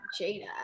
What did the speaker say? Jada